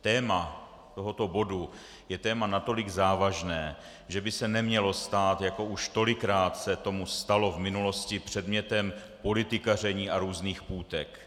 Téma tohoto bodu je téma natolik závažné, že by se nemělo stát, jako už tolikrát se tomu stalo v minulosti, předmětem politikaření a různých půtek.